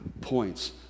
points